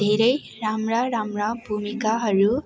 धेरै राम्रा राम्रा भूमिकाहरू